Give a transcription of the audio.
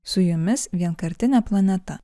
su jumis vienkartinė planeta